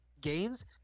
games